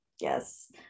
Yes